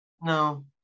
No